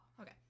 Okay